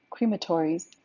crematories